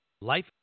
Life